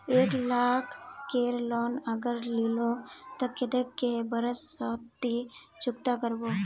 एक लाख केर लोन अगर लिलो ते कतेक कै बरश सोत ती चुकता करबो?